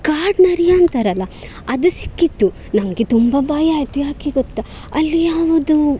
ಕಾಡು ನರಿ ಅಂತಾರಲ್ಲ ಅದು ಸಿಕ್ಕಿತ್ತು ನಮಗೆ ತುಂಬ ಭಯ ಆಯಿತು ಯಾಕೆ ಗೊತ್ತ ಅಲ್ಲಿ ಯಾವುದು